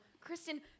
Kristen